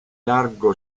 largo